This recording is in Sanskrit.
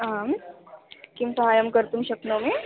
आं किं सहायं कर्तुं शक्नोमि